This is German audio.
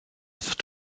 wird